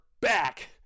back